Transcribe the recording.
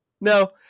No